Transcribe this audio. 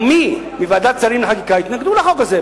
או מי בוועדת שרים לחקיקה התנגדו לחוק הזה.